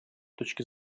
точки